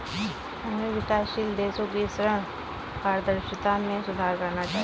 हमें विकासशील देशों की ऋण पारदर्शिता में सुधार करना चाहिए